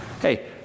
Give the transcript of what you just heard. hey